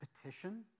petition